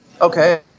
Okay